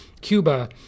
Cuba